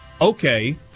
okay